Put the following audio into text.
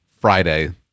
Friday